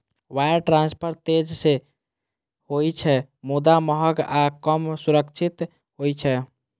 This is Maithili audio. वायर ट्रांसफर तेज तं होइ छै, मुदा महग आ कम सुरक्षित होइ छै